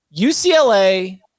UCLA